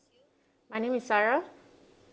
my name is sarah